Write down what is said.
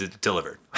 delivered